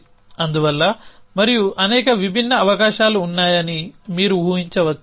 అందువల్ల మరియు అనేక విభిన్న అవకాశాలు ఉన్నాయని మీరు ఊహించవచ్చు